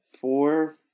four